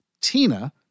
Tina